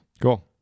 Cool